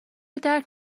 درک